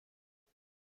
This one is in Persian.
هستم